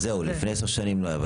אז זהו, לפני 10 שנים לא היה.